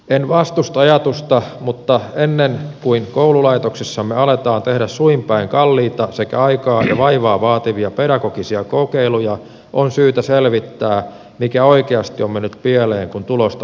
en vastusta ajatusta mutta ennen kuin koululaitoksessamme aletaan tehdä suin päin kalliita sekä aikaa ja vaivaa vaativia pedagogisia kokeiluja on syytä selvittää mikä oikeasti on mennyt pieleen kun tulostasomme laskee